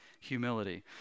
humility